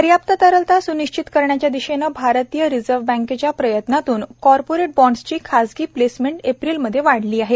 पर्याप्त तरलता सूनिश्चित करण्याच्या दिशेने भारतीय रिझर्व्ह बँकेच्या प्रयत्नातून कॉर्पोरेट बॉन्ड्सची खासगी प्लेसमेंट एप्रिलमध्ये वाढली आहे